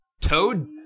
Toad